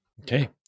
Okay